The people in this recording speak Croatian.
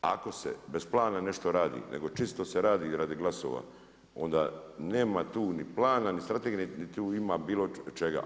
Ako se bez plana nešto radi, nego čisto se radi radi glasova, onda nema tu ni plana, niti strategije, niti tu ima bilo čega.